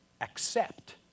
accept